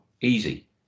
easy